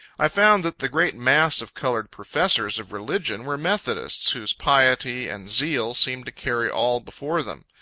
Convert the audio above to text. i found that the great mass of colored professors of religion were methodists, whose piety and zeal seemed to carry all before them.